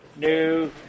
new